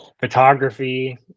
Photography